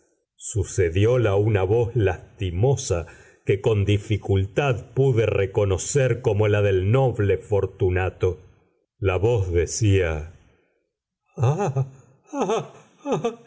cabeza sucedióla una voz lastimosa que con dificultad pude reconocer como la del noble fortunato la voz decía